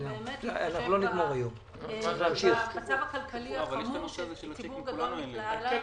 להתחשב במצב הכלכלי החמור שציבור גדול נקלע אליו.